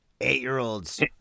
Eight-year-olds